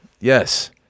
yes